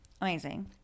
Amazing